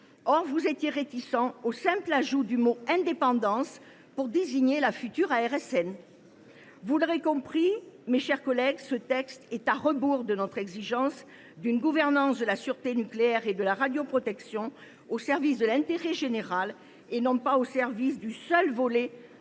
Or vous étiez réticent au simple ajout du mot « indépendance » pour désigner la future ARSN ! Vous l’aurez compris, mes chers collègues, ce texte est à rebours de notre exigence d’une gouvernance de la sûreté nucléaire et de la radioprotection au service de l’intérêt général et non pas du seul volet